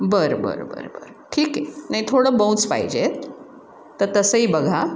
बरं बरं बरं बरं ठीक आहे नाही थोडं मऊच पाहिजेत तर तसंही बघा